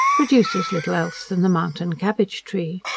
produces little else than the mountain cabbage tree.